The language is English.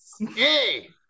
hey